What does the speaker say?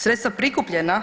Sredstva prikupljena